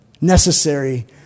Necessary